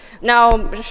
Now